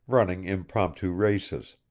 running impromptu races.